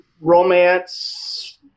romance